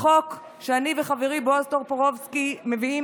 בחוק שאני וחברי בועז טופורובסקי מביאים